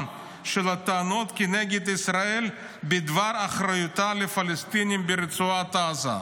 של הטענות כנגד ישראל בדבר אחריותה לפלסטינים ברצועת עזה".